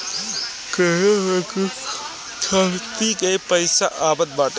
Canara bank में छात्रवृत्ति के पईसा आवत बाटे